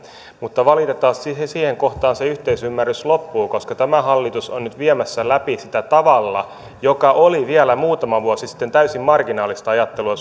mutta valitettavasti siihen siihen kohtaan se yhteisymmärrys loppuu koska tämä hallitus on nyt viemässä läpi sitä tavalla joka oli vielä muutama vuosi sitten täysin marginaalista ajattelua